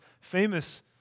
famous